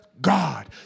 God